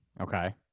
okay